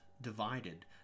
divided